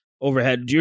overhead